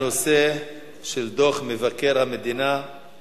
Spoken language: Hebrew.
ההצעה להעביר את הנושא לוועדה לענייני ביקורת המדינה נתקבלה.